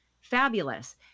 fabulous